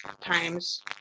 times